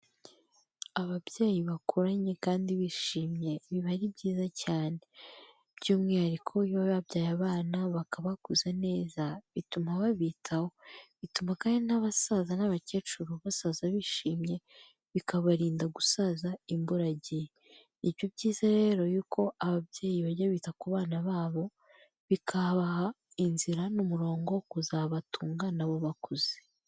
Ababyeyi bakuranye kandi bishimye biba ari byiza cyane, by'umwihariko iyo babyaye abana bakabakuza neza bituma babitaho, bituma kandi n'abasaza n'abakecuru basaza bishimye bikabarinda gusaza imburagihe, ni byo byiza rero yuko ababyeyi bajya bita ku bana babo bikabaha inzira n'umurongo kuzabatunga na bo bakuze.